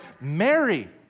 Mary